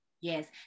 Yes